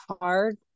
hard